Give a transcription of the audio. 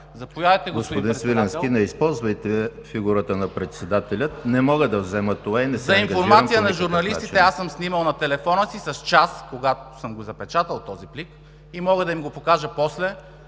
ЕМИЛ ХРИСТОВ: Господин Свиленски, не използвайте фигурата на председателя. Не мога да взема това и не се ангажирам по такъв начин. ГЕОРГИ СВИЛЕНСКИ: За информация на журналистите, аз съм снимал с телефона си с час, когато съм запечатал този плик, и мога да им го покажа после,